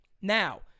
Now